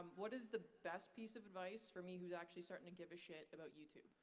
what is the best piece of advice for me, who's actually starting to give a shit about youtube?